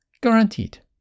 guaranteed